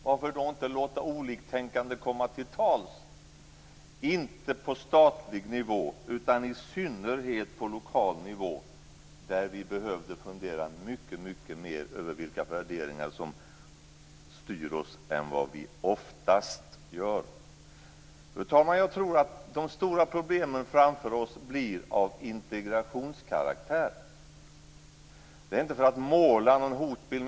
Varför då inte låta oliktänkande komma till tals - men inte på statlig nivå utan i synnerhet på lokal nivå, där vi mycket mer än vi oftast gör skulle behöva fundera över vilka värderingar som styr oss. Fru talman! Jag tror att de stora problemen framför oss kommer att vara av integrationskaraktär. Jag säger inte detta för att måla upp en hotbild.